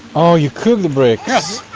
oh, you cook the bricks.